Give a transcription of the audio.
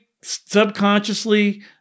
subconsciously